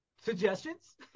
Suggestions